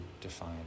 define